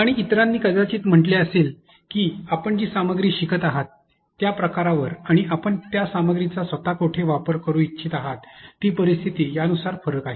आणि इतरांनी कदाचित म्हटले असेल की आपण जी सामग्री शिकत आहात त्या प्रकारावर आणि आपण त्या सामग्रीचा स्वतः कुठे वापर करू इच्छित आहात ती परिस्थिती यानुसार फरक आहे